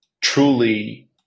truly